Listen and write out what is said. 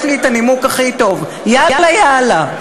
יש לי הנימוק הכי טוב: יאללה-יאללה.